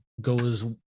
goes